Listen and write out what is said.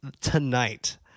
tonight